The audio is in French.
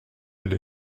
elle